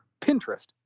Pinterest